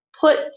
put